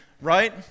Right